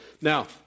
Now